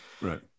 Right